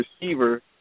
receiver